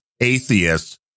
atheists